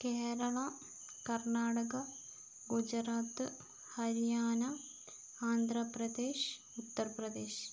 Keralam Karnataka Gujarat Haryana Andhra Pradesh Uttar Pradesh